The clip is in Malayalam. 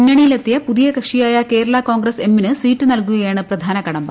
മുന്നണിയിലെത്തിയ പുതിയ കക്ഷിയായ കേരള കോൺഗ്രസ് എമ്മിന് സീറ്റ് നൽകുകയാണ് പ്രധാന കടമ്പ